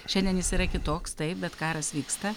šiandien jis yra kitoks taip bet karas vyksta